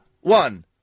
one